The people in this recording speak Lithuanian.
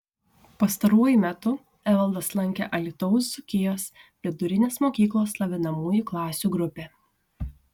pastaruoju metu evaldas lankė alytaus dzūkijos vidurinės mokyklos lavinamųjų klasių grupę